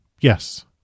Yes